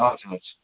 हजुर हजुर